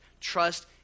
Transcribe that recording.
Trust